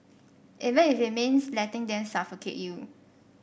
even if it means letting them suffocate you